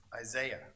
Isaiah